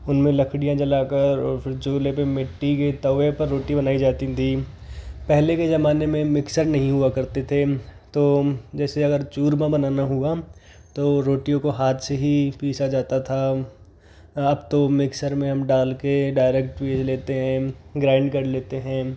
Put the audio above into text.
उन्में लकड़ियाँ जला कर और फिर चूल्हे पर मिट्टी के तवे पर रोटियाँ बनाई जाती थी पहले के जमाने में मिक्सर नहीं हुआ करते थे तो जैसे अगर चूरमा बनाना हुआ तो रोटियों को हाथ से ही पीसा जाता था अब तो मिक्सर में डाल कर डायरेक्ट पीस लेते है ग्राइंड कर लेते हैं